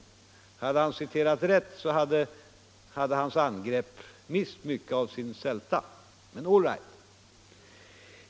Om han hade citerat rätt, hade hans angrepp mist mycket av sin sälta. Men all right!